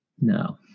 no